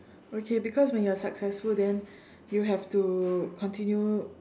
okay because when you are successful then you have to continue